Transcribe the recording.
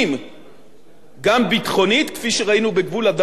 גם ביטחונית, כפי שראינו בגבול הדרום אתמול,